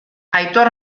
aitor